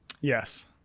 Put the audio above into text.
Yes